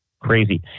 Crazy